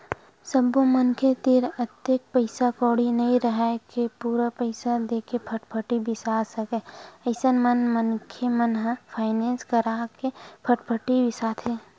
सब्बो मनखे तीर अतेक पइसा कउड़ी नइ राहय के पूरा पइसा देके फटफटी बिसा सकय अइसन म मनखे मन ह फायनेंस करा के फटफटी ल बिसाथे